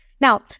Now